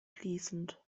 fließend